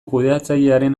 kudeatzailearen